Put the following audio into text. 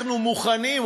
אנחנו מוכנים,